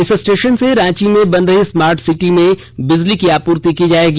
इस स्टेशन से रांची में बन रही स्मार्ट सिटी में बिजली की आपूर्ति की जायेगी